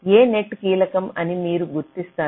ఏ nets కీలకమో మీరు గుర్తిస్తారు